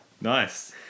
Nice